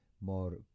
more